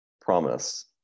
promise